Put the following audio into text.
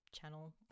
channel